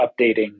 updating